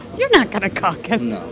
you're not going to caucus.